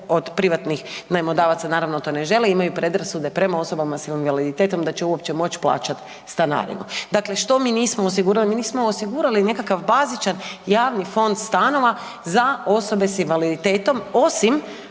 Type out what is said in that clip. od privatnih najmodavaca naravno to ne žele, imaju predrasude prema osobama s invaliditetom da će uopće moći plaćati stanarinu. Dakle, što mi nismo osigurali? Mi nismo osigurali nekakav bazičan javni fond stanova za osobe s invaliditetom osim